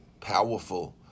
powerful